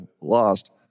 lost